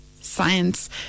science